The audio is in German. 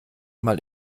mal